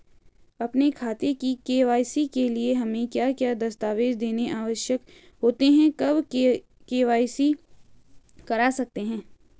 अपने खाते की के.वाई.सी के लिए हमें क्या क्या दस्तावेज़ देने आवश्यक होते हैं कब के.वाई.सी करा सकते हैं?